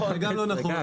גם זה לא נכון.